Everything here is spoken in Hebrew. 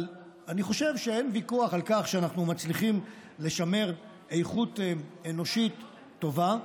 אבל אני חושב שאין ויכוח על כך שאנחנו מצליחים לשמר איכות אנושית טובה.